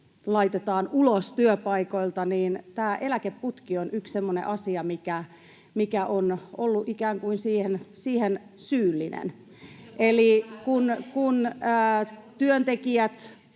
laitetaan ulos työpaikoilta, niin tämä eläkeputki on yksi semmoinen asia, mikä on ikään kuin ollut siihen syyllinen. [Leena Meren